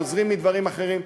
חוזרים מדברים אחרים,